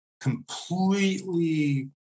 completely